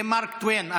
זה מארק טוויין,